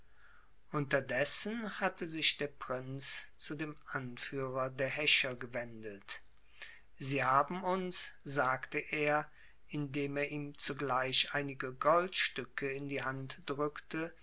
unterdessen hatte sich der prinz zu dem anführer der häscher gewendet sie haben uns sagte er indem er ihm zugleich einige goldstücke in die hand drückte